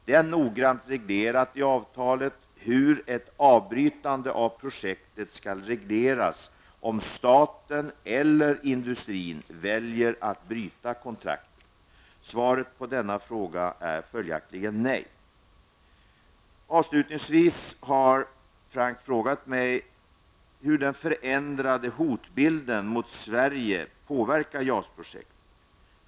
Det är noggrant reglerat i avtalet hur ett avbrytande av projektet skall regleras om staten eller industrin väljer att bryta kontraktet. Svaret på denna fråga är följaktligen nej. Avslutningsvis har Hans Göran Franck frågat mig hur den förändrade hotbilden mot Sverige påverkar JAS-projektet.